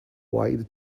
wide